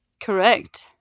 Correct